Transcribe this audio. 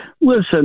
listen